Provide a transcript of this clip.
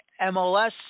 MLS